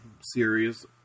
series